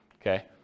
Okay